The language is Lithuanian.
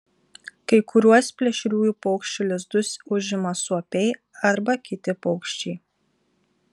kai kuriuos plėšriųjų paukščių lizdus užima suopiai arba kiti paukščiai